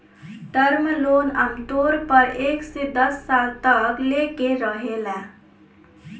term loan आमतौर पर एक से दस साल तक लेके रहेला